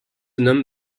nomme